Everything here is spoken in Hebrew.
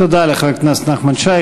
תודה לחבר הכנסת נחמן שי.